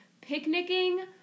picnicking